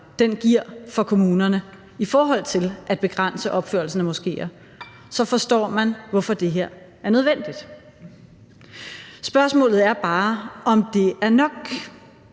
den giver for kommunerne i forhold til at begrænse opførelsen af moskéer, så forstår man, hvorfor det her er nødvendigt. Spørgsmålet er bare, om det er nok.